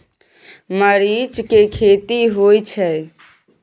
मरीच के खेती होय छय?